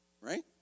Right